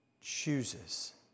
chooses